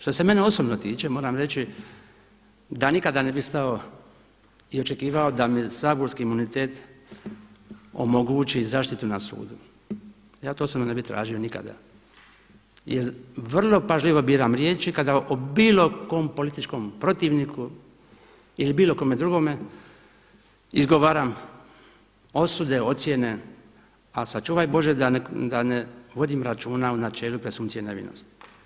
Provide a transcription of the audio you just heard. Što se mene osobno tiče moram reći da nikada ne bih stao i očekivao da mi saborski imunitet omogući zaštitu na sudu, ja to osobno ne bih tražio nikada jer vrlo pažljivo biram riječi kada bilo o kojem političkom protivniku ili bilo kome drugome izgovaram osude, ocjene a sačuvaj Bože da ne vodim računa o načelu presumpcije nevinosti.